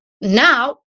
now